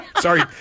Sorry